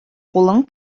кулың